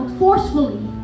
forcefully